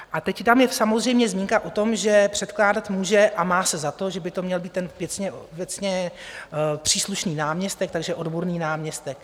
A teď tam je samozřejmě zmínka o tom, že předkládat může a má se za to že by to měl být ten věcně obecně příslušný náměstek, takže odborný náměstek.